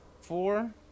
four